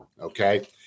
Okay